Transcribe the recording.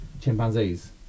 chimpanzees